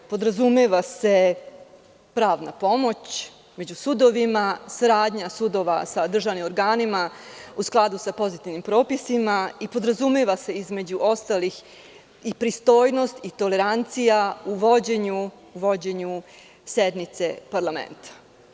Podrazumeva se pravna pomoć među sudovima, saradnja sudova sa državnim organima u skladu sa pozitivnim propisima i podrazumeva se između ostalih pristojnost i tolerancija u vođenju sednice parlamenta.